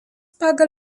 pagal